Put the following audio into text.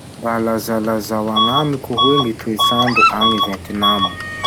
Mba lazalazao agnamiko hoe gny toetsandro agny Vietnam?